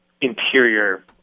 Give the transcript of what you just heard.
interior